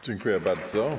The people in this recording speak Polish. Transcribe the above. Dziękuję bardzo.